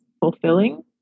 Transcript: fulfilling